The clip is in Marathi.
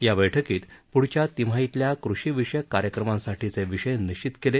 या बैठकीत पुढच्या तिमाहीतल्या कृषी विषयक कार्यक्रमांसाठीचे विषय निश्वित केले